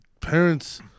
parents